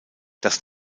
das